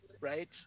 right